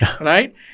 right